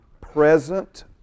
present